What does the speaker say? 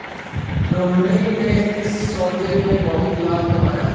रोहिणी ने इस सौदे में बहुत लाभ कमाया